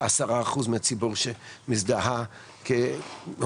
על עשרה אחוז מהציבור שמזדהה כהומוסקסואל.